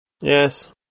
Yes